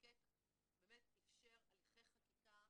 המחוקק אפשר הליכי חקיקה.